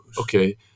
Okay